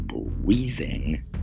breathing